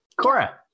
Cora